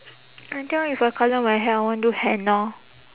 I tell if I colour my hair I want do henna